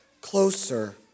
closer